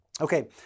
okay